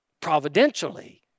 Providentially